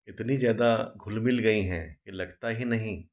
इतनी ज़्यादा घुल मिल गई हैं की लगता ही नही